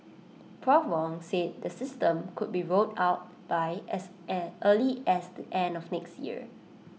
Prof Wong said the system could be rolled out by as an early as the end of next year